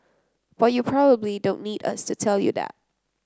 but you probably don't need us to tell you that